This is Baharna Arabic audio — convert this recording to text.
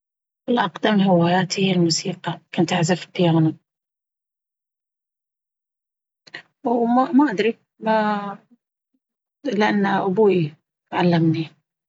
أقدم هواياتي الموسيقى، كنت أعزف بيانو. وما ما أدري؟ لأن أبوي علمني.